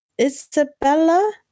Isabella